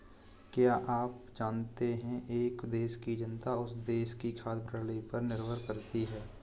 क्या आप जानते है एक देश की जनता उस देश की खाद्य प्रणाली पर निर्भर करती है?